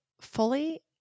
fully